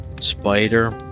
Spider